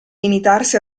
limitarsi